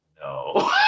no